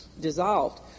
dissolved